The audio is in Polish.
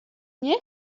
nie